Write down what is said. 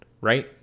right